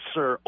Sir